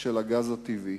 של הגז הטבעי